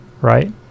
right